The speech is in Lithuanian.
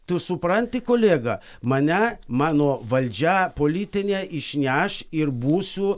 tu supranti kolega mane mano valdžia politinė išneš ir būsiu